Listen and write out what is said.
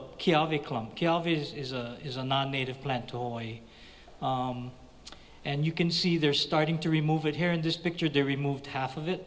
clump is a non native plant toy and you can see they're starting to remove it here in this picture they removed half of it